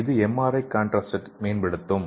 இது எம்ஆர்ஐ கான்ட்ராஸ்டை மேம்படுத்தும்